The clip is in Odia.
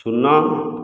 ଶୂନ